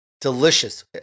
Delicious